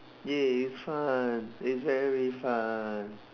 !yay! it's fun it's very fun